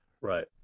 Right